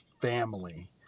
family